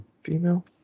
female